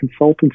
consultancy